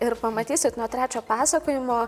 ir pamatysit nuo trečio pasakojimo